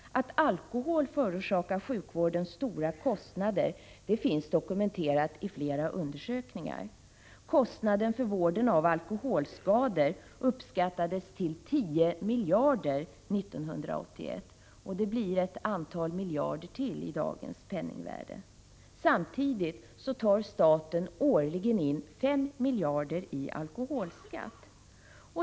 Att alkohol förorsakar sjukvården stora kostnader finns dokumenterat i flera undersökningar. Kostnaden för vård av alkoholskadade uppskattades till 10 miljarder kronor 1981, och det blir ett antal miljarder till i dagens penningvärde. Samtidigt tar staten årligen in 5 miljarder kronor i alkoholskatt.